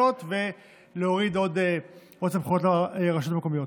ולהוריד עוד סמכויות לרשויות המקומיות.